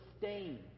sustain